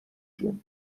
جون